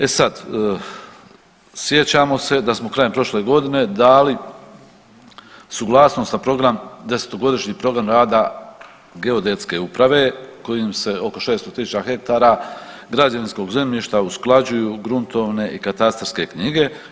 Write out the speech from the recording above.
E sad, sjećamo se da smo krajem prošle godine dali suglasnost na program, 10-godišnji program rada geodetske uprave kojim se oko 600.000 hektara građevinskog zemljišta usklađuju gruntovne i katastarske knjige.